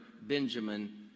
Benjamin